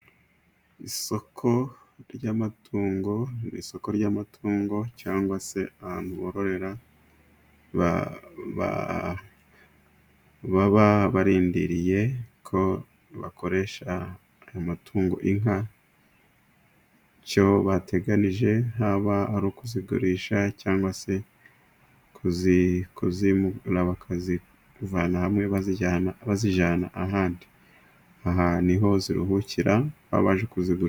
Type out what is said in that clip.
Isoko ry’amatungo ni isoko ry’amatungo, cyangwa se ahantu bororera baba barindiriye ko bakoresha amatungo, inka icyo bateganije. Haba ari ukuzigurisha cyangwa se kuzimura, bakazivana hamwe, bazijyana ahandi. Aha ni ho ziruhukira, bamaze kuzigura.